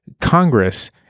Congress